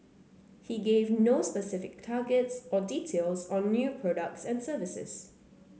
he gave no specific targets or details on new products and services